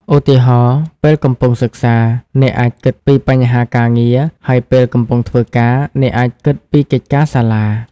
ឧទាហរណ៍ ពេលកំពុងសិក្សា អ្នកអាចគិតពីបញ្ហាការងារ ហើយពេលកំពុងធ្វើការ អ្នកអាចគិតពីកិច្ចការសាលា។